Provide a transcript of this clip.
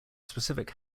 specific